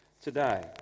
today